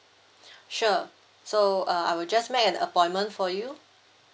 sure so uh I will just make an appointment for you